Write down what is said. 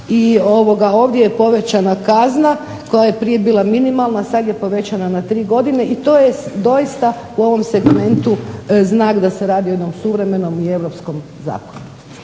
šuma i ovdje je povećana kazna koja ja prije bila minimalna, a sada je povećana na tri godine. I to je doista u ovom segmentu znak da se radi o jednom suvremenom i europskom zakonu.